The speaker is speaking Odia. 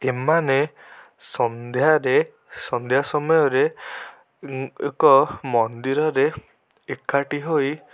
ଏମାନେ ସନ୍ଧ୍ୟାରେ ସନ୍ଧ୍ୟା ସମୟରେ ଏକ ମନ୍ଦିରରେ ଏକାଠି ହୋଇ